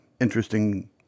interesting